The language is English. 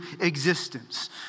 existence